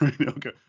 Okay